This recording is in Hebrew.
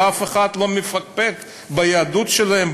ואף אחד לא מפקפק ביהדות שלהם,